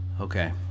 Okay